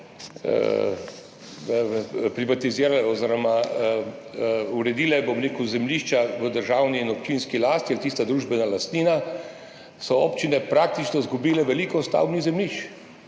privatizirala oziroma uredila zemljišča v državni in občinski lasti ali tista družbena lastnina, so občine praktično izgubile veliko stavbnih zemljišč.